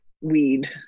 weed